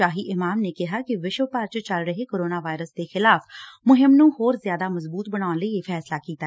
ਸ਼ਾਹੀ ਇਮਾਮ ਨੇ ਕਿਹਾ ਕਿ ਵਿਸ਼ਵ ਭਰ ਵਿੱਚ ਚੱਲ ਰਹੇ ਕੋਰੋਨਾ ਵਾਇਰਸ ਦੇ ਖਿਲਾਫ ਮੁਹਿੰਮ ਨੂੰ ਹੋਰ ਜਿਆਦਾ ਮਜਬੂਤ ਬਣਾਉਣ ਲਈ ਇਹ ਫੈਸਲਾ ਕੀਤਾ